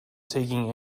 taking